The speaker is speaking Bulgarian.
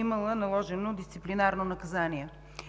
имала наложено дисциплинарно наказание.